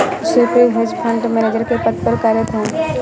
Swapnil hedge fund manager के पद पर कार्यरत है